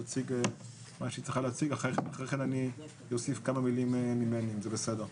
תציג מה שהיא צריכה להציג ואחריה אני אוסיף כמה מילים אם זה בסדר.